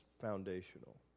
foundational